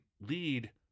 lead